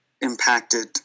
impacted